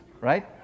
right